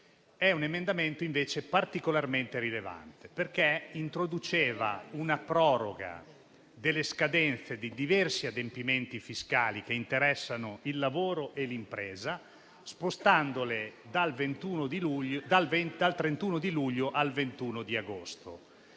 le ragioni, è invece particolarmente rilevante, perché mira ad introdurre una proroga delle scadenze di diversi adempimenti fiscali che interessano il lavoro e l'impresa, spostandoli dal 31 luglio al 21 agosto.